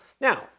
Now